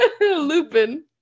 Lupin